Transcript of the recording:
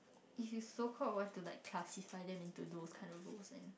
if you so called went to classified them into those kind of roles and